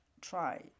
try